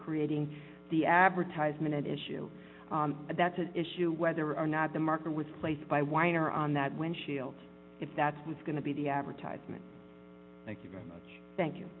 creating the advertisement and issue that's an issue whether or not the marker was placed by weiner on that when shield if that's was going to be the advertisement thank you very much thank you